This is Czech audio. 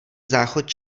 záchod